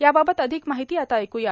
याबाबत अधिक माहिती आता ऐकूया